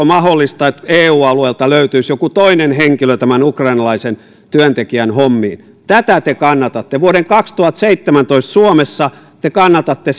mahdollista että eu alueelta löytyisi joku toinen henkilö tämän ukrainalaisen työntekijän hommiin tätä te kannatatte vuoden kaksituhattaseitsemäntoista suomessa te kannatatte